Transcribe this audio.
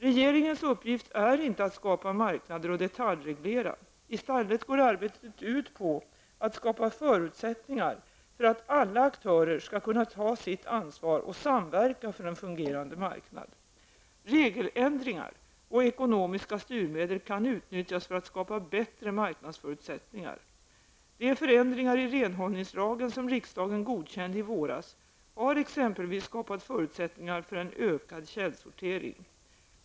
Regeringens uppgift är inte att skapa marknader och detaljreglera. I stället går arbetet ut på att skapa förutsättningar för att alla aktörer skall kunna ta sitt ansvar och samverka för en fungerande marknad. Regeländringar och ekonomiska styrmedel kan utnyttjas för att skapa bättre marknadsförutsättningar. De förändringar i renhållningslagen som riksdagen godkände i våras har exempelvis skapat förutsättningar för en ökad källsortering.